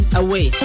away